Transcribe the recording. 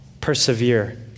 persevere